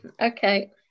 okay